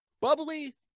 bubbly